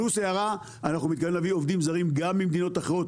אנחנו מתכוונים להביא עובדים זרים גם ממדינות אחרות,